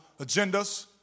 agendas